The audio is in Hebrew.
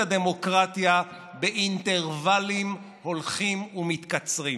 הדמוקרטיה באינטרוולים הולכים ומתקצרים.